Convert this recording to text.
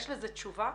יה לזה תשובה?